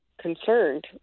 concerned